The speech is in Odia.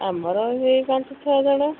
ଆମର ସେହି ପାଞ୍ଚ ଛଅ ଜଣ